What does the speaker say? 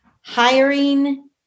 hiring